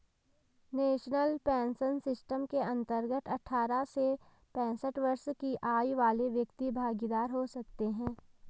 national pension system के अंतर्गत अठारह से पैंसठ वर्ष की आयु वाले व्यक्ति भागीदार हो सकते हैं